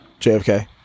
JFK